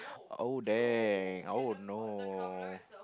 oh dang oh no